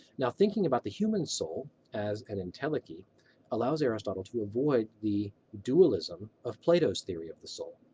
now, thinking about the human soul as an entelechy allows aristotle to avoid the dualism of plato's theory of the soul.